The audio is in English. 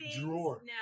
drawer